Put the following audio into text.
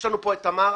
יש לנו פה את תמרה